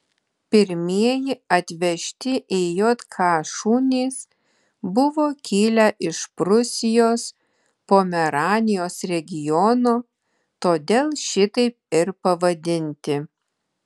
pirmieji atvežti į jk šunys buvo kilę iš prūsijos pomeranijos regiono todėl šitaip ir pavadinti